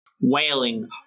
wailing